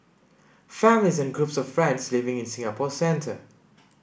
families and groups of friends living in Singapore's centre